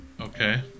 Okay